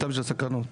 סתם מהסקרנות.